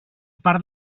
part